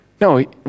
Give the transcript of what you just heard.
No